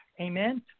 amen